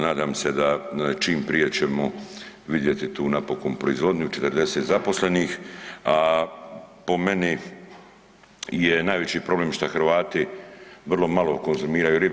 Nadam se da čim prije ćemo vidjeti tu napokon proizvodnju, 40 zaposlenih a po meni je najveći problem što Hrvati vrlo malo konzumiraju ribe.